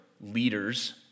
leaders